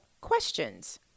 questions